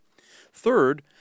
Third